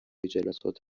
جلسات